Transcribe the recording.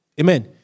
Amen